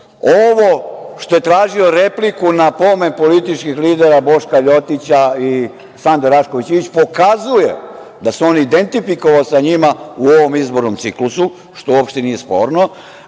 Ovo što je tražio repliku na pomen političkih lidera Boška LJotića i Sande Rašković Ivić pokazuje da se on identifikovao sa njima u ovom izbornom ciklusu, što uopšte nije sporno,